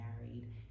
married